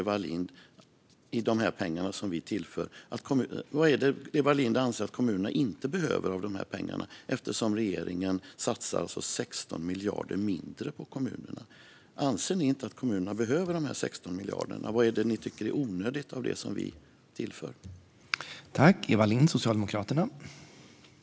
Vad är det Eva Lindh anser att kommunerna inte behöver av de pengar som vi tillför, eftersom regeringen alltså satsar 16 miljarder mindre på kommunerna? Anser ni inte att kommunerna behöver dessa 16 miljarder? Vad är det ni tycker är onödigt av det som vi tillför?